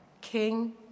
king